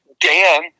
Dan